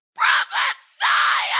prophesy